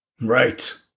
Right